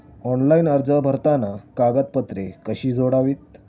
Online अर्ज भरताना कागदपत्रे कशी जोडावीत?